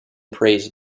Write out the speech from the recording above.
praised